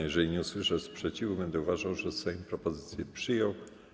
Jeżeli nie usłyszę sprzeciwu, będę uważał, że Sejm propozycję przyjął.